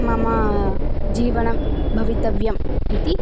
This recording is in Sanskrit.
मम जीवनं भवितव्यम् इति